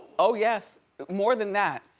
oh yes, more than that.